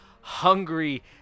hungry